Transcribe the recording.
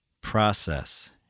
process